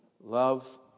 love